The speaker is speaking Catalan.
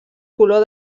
color